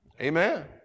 Amen